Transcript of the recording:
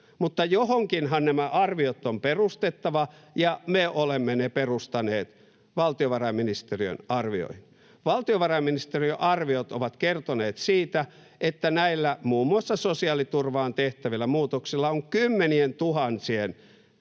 mutta johonkinhan nämä arviot on perustettava, ja me olemme ne perustaneet valtiovarainministeriön arvioihin. Valtiovarainministeriön arviot ovat kertoneet siitä, että näillä muun muassa sosiaaliturvaan tehtävillä muutoksilla on kymmenientuhansien